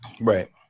Right